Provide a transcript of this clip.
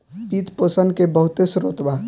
वित्त पोषण के बहुते स्रोत बा